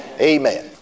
Amen